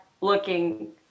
looking